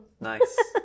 Nice